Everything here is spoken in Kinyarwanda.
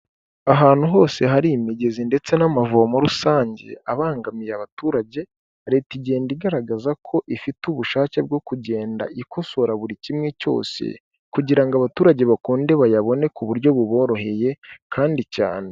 Ahantu hose hari imigezi ndetse n'amavomo rusange abangamiye abaturage leta igenda igaragaza ko ifite ubushake bwo kugenda ikosora buri kimwe cyose, kugira ngo abaturage bakunde bayabone ku buryo buboroheye kandi cyane.